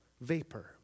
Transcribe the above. vapor